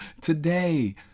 today